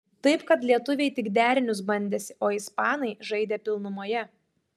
taip kad lietuviai tik derinius bandėsi o ispanai žaidė pilnumoje